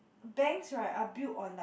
banks right are built on like